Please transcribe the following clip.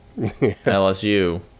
LSU